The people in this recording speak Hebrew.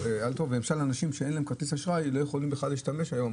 למשל אנשים שאין להם כרטיס אשראי לא יכולים בכלל להשתמש היום